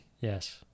Yes